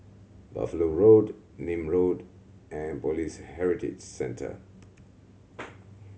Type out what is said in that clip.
Buffalo Road Nim Road and Police Heritage Centre